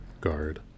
guard